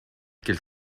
quelle